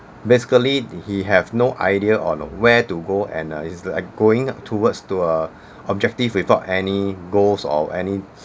basically he have no idea on where to go and uh is like going towards to uh objective without any goals or any